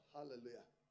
Hallelujah